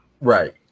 right